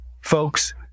folks